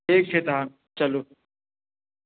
ठीक छै तहन चलू